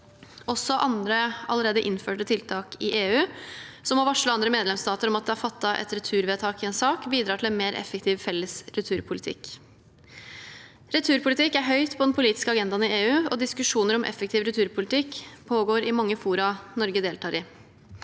Også andre allerede innførte tiltak i EU, som å varsle andre medlemstater om at det er fattet et returvedtak i en sak, bidrar til en mer effektiv felles returpolitikk. Returpolitikk er høyt på den politiske agendaen i EU, og diskusjoner om effektiv returpolitikk pågår i mange fora Norge deltar i.